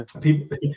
people